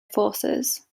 forces